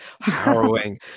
harrowing